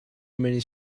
many